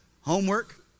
Homework